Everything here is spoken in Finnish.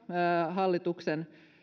hallituksen